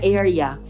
area